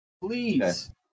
Please